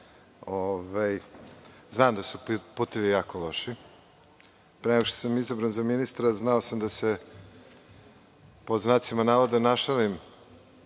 znam da su putevi jako loši. Pre nego što sam izabran za ministra znao sam da se, pod znacima navoda, našalim